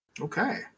Okay